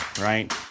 right